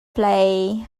play